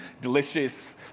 delicious